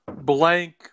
Blank